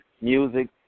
music